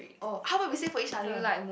oh how about we say for each other